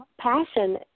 Passion